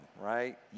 right